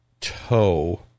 toe